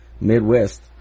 Midwest